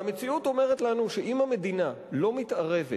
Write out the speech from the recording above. המציאות אומרת לנו שאם המדינה לא מתערבת